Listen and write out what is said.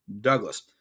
Douglas